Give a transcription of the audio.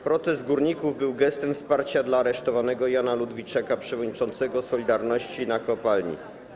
Protest górników był gestem wsparcia dla aresztowanego Jana Ludwiczaka, przewodniczącego „Solidarności” w kopalni.